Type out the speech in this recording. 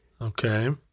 Okay